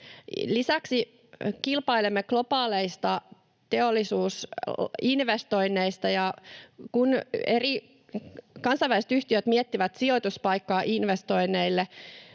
Lisäksi kilpailemme globaaleista teollisuusinvestoinneista, ja kun eri kansainväliset yhtiöt miettivät sijoituspaikkaa investoinneille,